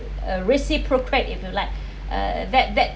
uh received procreate if you like uh that that